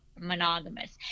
monogamous